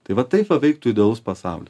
tai va taip va veiktų idealus pasaulis